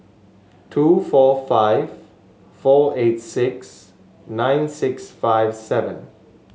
two four five four eight six nine six five seven